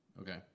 Okay